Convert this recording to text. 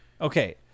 Okay